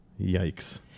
Yikes